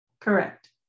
Correct